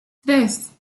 tres